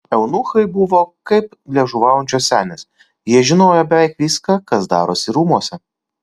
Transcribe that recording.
eunuchai buvo kaip liežuvaujančios senės jie žinojo beveik viską kas darosi rūmuose